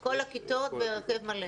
את כל הכיתות בהרכב מלא.